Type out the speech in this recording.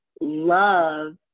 love